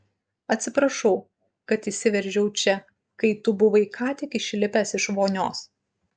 atsiprašau kad įsiveržiau čia kai tu buvai ką tik išlipęs iš vonios